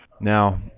Now